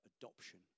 adoption